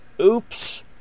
oops